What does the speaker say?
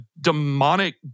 demonic